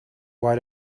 why